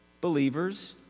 believers